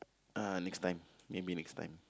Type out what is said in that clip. uh next time maybe next time